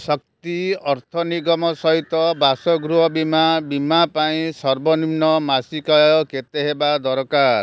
ଶକ୍ତି ଅର୍ଥ ନିଗମ ସହିତ ବାସଗୃହ ବୀମା ବୀମା ପାଇଁ ସର୍ବନିମ୍ନ ମାସିକ ଆୟ କେତେ ହେବା ଦରକାର